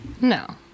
No